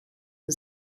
and